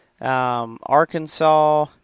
Arkansas